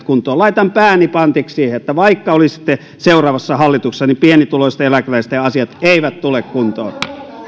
kuntoon laitan pääni pantiksi että vaikka olisitte seuraavassa hallituksessa niin pienituloisten eläkeläisten asiat eivät tule kuntoon